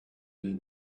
and